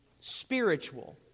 spiritual